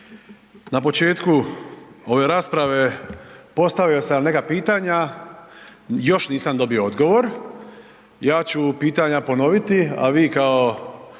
na početku ove rasprave postavio sam vam neka pitanja, još nisam dobio odgovor. Ja ću pitanja ponoviti, a vi kao